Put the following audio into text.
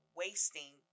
wasting